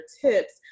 tips